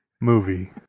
movie